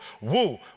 Woo